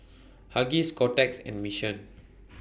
Huggies Kotex and Mission